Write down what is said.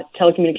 telecommunications